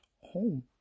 home